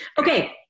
Okay